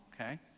okay